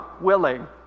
willing